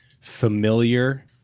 familiar